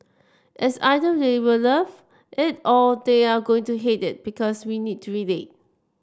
it's either they'll love it or they are going to hate it because we need to relate